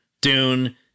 Dune